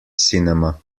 cinema